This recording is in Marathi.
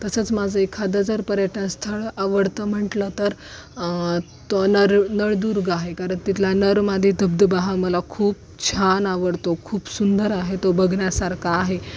तसंच माझं एखादा जर पर्यटन स्थळ आवडतं म्हटलं तर तो नर नळदुर्ग आहे कारण तिथला नरमादी धबधबा हा मला खूप छान आवडतो खूप सुंदर आहे तो बघण्यासारखा आहे